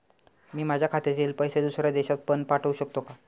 मी माझ्या खात्यातील पैसे दुसऱ्या देशात पण पाठवू शकतो का?